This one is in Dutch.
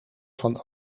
van